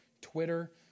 Twitter